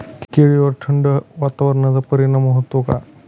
केळीवर थंड वातावरणाचा परिणाम होतो का?